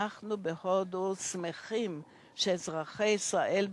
אנחנו בהודו שמחים שאזרחי ישראל,